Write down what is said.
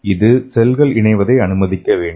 இது செல்களை இணைவதை அனுமதிக்க வேண்டும்